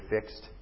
fixed